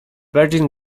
virgin